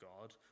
God